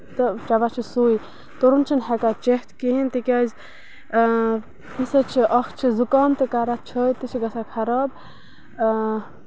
تہٕ چٮ۪ون چھُ سُے تُرُن چھُنہٕ ہٮ۪کان چٮ۪تھ کِہیٖنۍ تِکیازِ اۭں اَمہِ سۭتۍ چھُ اکھ چھُ زُکام تہِ کران چھٲتۍ تہِ چھِ گژھان خراب اۭں